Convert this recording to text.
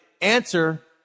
answer